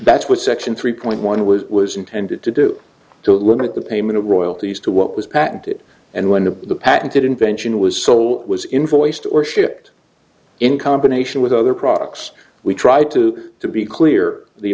that's what section three point one was was intended to do to limit the payment of royalties to what was patented and when the patented invention was so it was in full waste or shipped in combination with other products we tried to to be clear the